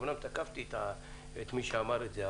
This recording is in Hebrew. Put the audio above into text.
אמנם תקפתי את מי שאמר את זה,